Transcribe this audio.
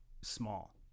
small